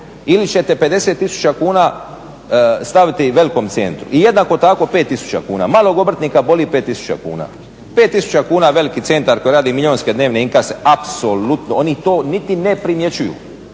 ili ćete 50 tisuća kuna staviti velikom centru i jednako tako 5 tisuća kuna. Malog obrtnika boli 5 tisuća kuna, 5 tisuća kuna veliki centar koji radi milijunske dnevne in kase apsolutno oni to niti ne primjećuju,